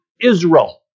Israel